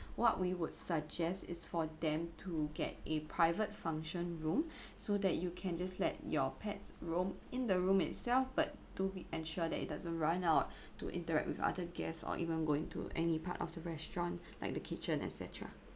what we would suggest is for them to get a private function room so that you can just let your pets roam in the room itself but do ensure that it doesn't run out to interact with other guests or even go into any part of the restaurant like the kitchen et cetera